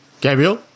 Gabriel